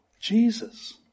Jesus